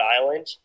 island